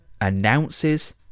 announces